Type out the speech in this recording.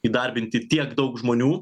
įdarbinti tiek daug žmonių